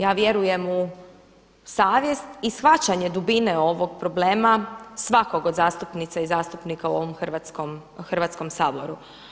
Ja vjerujem u savjest i shvaćanje dubine ovog problema, svakog od zastupnica i zastupnika u ovom Hrvatskom saboru.